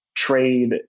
trade